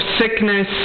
sickness